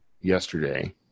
yesterday